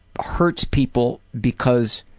hurts people because